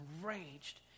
enraged